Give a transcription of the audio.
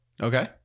Okay